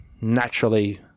naturally